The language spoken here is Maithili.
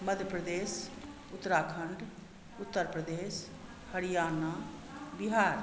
मध्यप्रदेश उत्तराखण्ड उत्तरप्रदेश हरियाणा बिहार